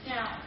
Now